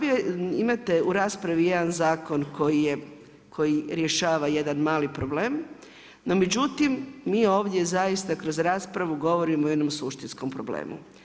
Imate u raspravi jedan zakon koji je, koji rješava jedan mali problem no međutim mi ovdje zaista kroz raspravu govorimo o jednom suštinskom problemu.